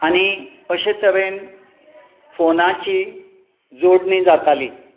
आनी अशे तरेन फोनाची जोडणी जाताली